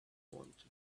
wanted